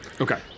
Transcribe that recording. Okay